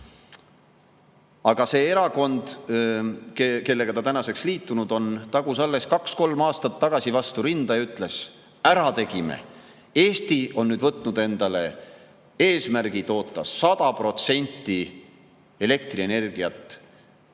Aga see erakond, kellega ta tänaseks liitunud on, tagus alles kaks või kolm aastat tagasi vastu rinda ja ütles: "Ära tegime! Eesti on võtnud endale eesmärgi toota 100% elektrienergiat